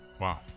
Wow